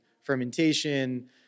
fermentation